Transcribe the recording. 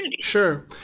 Sure